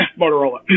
Motorola